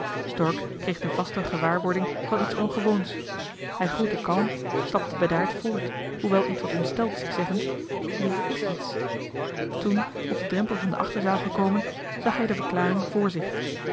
stork kreeg de vaste gewaarwording van iets ongewoons hij groette kalm stapte bedaard voort hoewel ietwat ontsteld zich zeggend hier is iets toen op den drempel van de achterzaal gekomen zag hij de verklaring vr zich